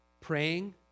praying